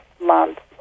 months